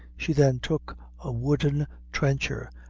she then took a wooden trencher,